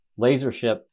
Lasership